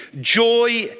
Joy